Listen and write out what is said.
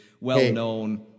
well-known